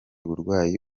burwayi